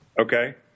okay